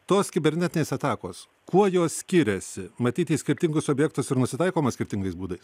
tos kibernetinės atakos kuo jos skiriasi matyt į skirtingus objektus ir nusitaikoma skirtingais būdais